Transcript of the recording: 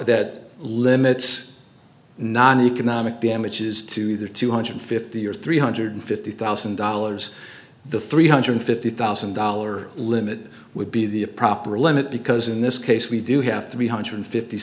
that limits noneconomic damages to either two hundred fifty or three hundred fifty thousand dollars the three hundred fifty thousand dollar limit would be the proper limit because in this case we do have three hundred fifty